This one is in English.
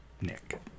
Nick